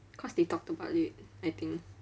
cause they talked about it I think